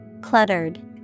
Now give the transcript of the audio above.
Cluttered